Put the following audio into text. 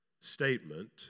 statement